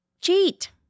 cheat